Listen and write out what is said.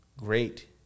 great